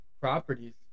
properties